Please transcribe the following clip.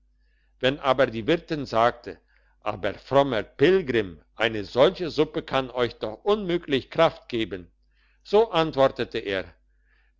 wenn aber die wirtin sagte aber frommer pilgrim eine solche suppe kann euch doch unmöglich kraft geben so antwortete er